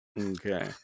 Okay